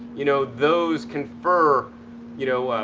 you know, those confer you know,